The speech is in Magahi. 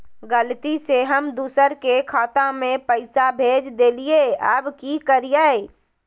गलती से हम दुसर के खाता में पैसा भेज देलियेई, अब की करियई?